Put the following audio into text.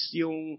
yung